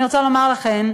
אני רוצה לומר לכם: